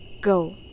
go